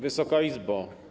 Wysoka Izbo!